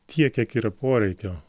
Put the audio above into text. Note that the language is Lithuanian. tiek kiek yra poreikio